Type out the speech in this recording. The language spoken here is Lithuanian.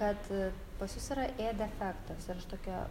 kad pas jus yra ė defektas ir aš tokia